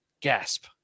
Gasp